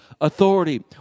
authority